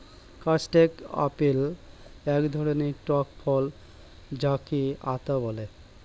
custard apple এক ধরণের টক ফল যাকে আতা বলে